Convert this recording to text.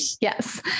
Yes